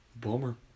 Bummer